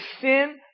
sin